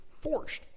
Forced